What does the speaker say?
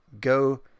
Go